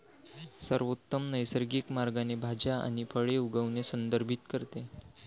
सर्वोत्तम नैसर्गिक मार्गाने भाज्या आणि फळे उगवणे संदर्भित करते